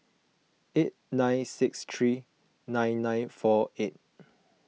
eight nine six three nine nine four eight